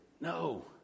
No